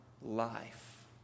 life